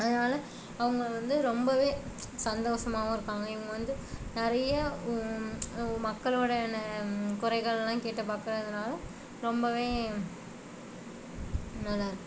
அதனால் அவங்க வந்து ரொம்பவே சந்தோஷமாவும் இருக்காங்க இவங்க வந்து நிறையா மக்களோட என்ன குறைகளலாம் கேட்டு பார்க்கறதுனால ரொம்பவே நல்லாருக்குது